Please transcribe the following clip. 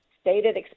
stated